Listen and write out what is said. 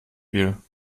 viel